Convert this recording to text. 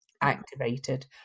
activated